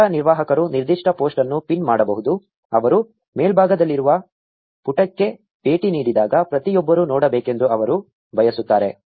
ಪುಟ ನಿರ್ವಾಹಕರು ನಿರ್ದಿಷ್ಟ ಪೋಸ್ಟ್ ಅನ್ನು ಪಿನ್ ಮಾಡಬಹುದು ಅವರು ಮೇಲ್ಭಾಗದಲ್ಲಿರುವ ಪುಟಕ್ಕೆ ಭೇಟಿ ನೀಡಿದಾಗ ಪ್ರತಿಯೊಬ್ಬರೂ ನೋಡಬೇಕೆಂದು ಅವರು ಬಯಸುತ್ತಾರೆ